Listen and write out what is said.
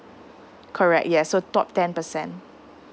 correct yes so top ten percent